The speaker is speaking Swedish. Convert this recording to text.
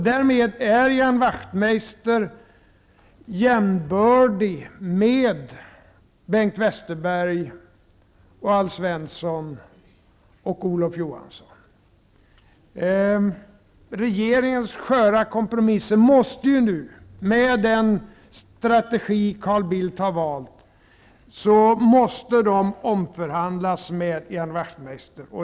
Därmed är Ian Alf Svensson och Olof Johansson. Regeringens sköra kompromisser måste ju nu, med den strategi Carl Bildt har valt, omförhandlas med Ian Wachtmeister.